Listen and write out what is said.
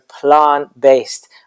plant-based